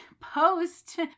post